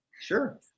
Sure